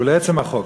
ולעצם החוק,